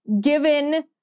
given